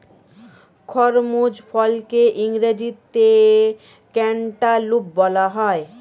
খরমুজ ফলকে ইংরেজিতে ক্যান্টালুপ বলা হয়